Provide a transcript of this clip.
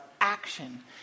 action